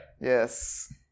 Yes